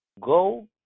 Go